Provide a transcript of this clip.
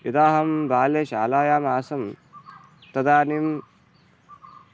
यदाहं बाल्ये शालायाम् आसं तदानीं